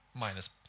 minus